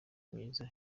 myiza